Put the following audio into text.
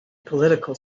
political